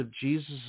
Jesus